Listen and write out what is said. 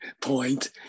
point